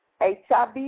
hiv